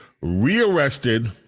rearrested